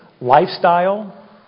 lifestyle